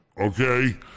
okay